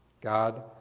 God